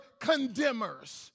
condemners